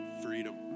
freedom